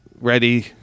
ready